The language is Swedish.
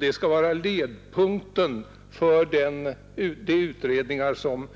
Det skall vara riktpunkten för de utredningar som